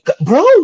bro